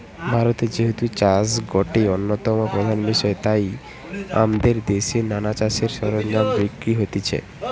ভারতে যেহেতু চাষ গটে অন্যতম প্রধান বিষয় তাই আমদের দেশে নানা চাষের সরঞ্জাম বিক্রি হতিছে